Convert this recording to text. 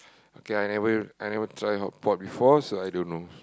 okay I never I never try hotpot before so I don't know